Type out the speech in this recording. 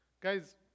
Guys